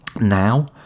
now